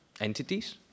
entities